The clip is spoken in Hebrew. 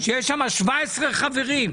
שיש שם 17 חברים,